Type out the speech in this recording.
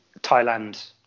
Thailand